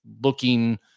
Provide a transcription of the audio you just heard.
looking